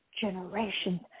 generations